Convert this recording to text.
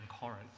Corinth